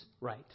right